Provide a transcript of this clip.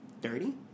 dirty